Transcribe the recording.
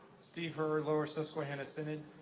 steve heard, lower susquehanna synod.